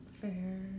Fair